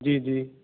ਜੀ ਜੀ